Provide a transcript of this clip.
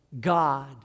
God